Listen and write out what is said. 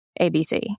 ABC